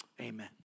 amen